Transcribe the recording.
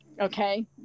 Okay